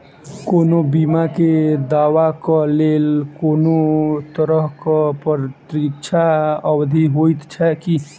कोनो बीमा केँ दावाक लेल कोनों तरहक प्रतीक्षा अवधि होइत छैक की?